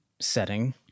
setting